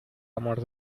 amor